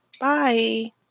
Bye